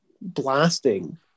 blasting